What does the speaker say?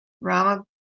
Rama